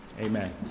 amen